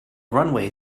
runway